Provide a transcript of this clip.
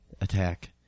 attack